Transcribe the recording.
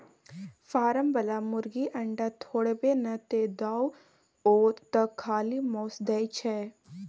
form बला मुरगी अंडा थोड़बै न देतोउ ओ तँ खाली माउस दै छै